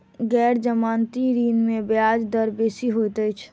गैर जमानती ऋण में ब्याज दर बेसी होइत अछि